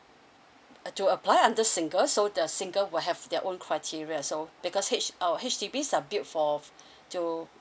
uh to apply under single so the single will have their own criteria so because H~ our H_D_B subdued for to